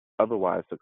Otherwise